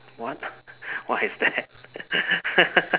what why is that